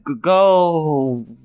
go